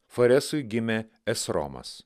faresui gimė esromas